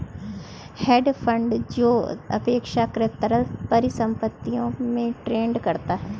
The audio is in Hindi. हेज फंड जो अपेक्षाकृत तरल परिसंपत्तियों में ट्रेड करता है